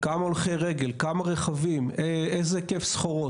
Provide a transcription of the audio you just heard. כמה הולכי רגל, כמה רכבים, איזה היקף סחורות.